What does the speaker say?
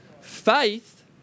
Faith